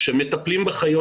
כשמטפלים בחיות,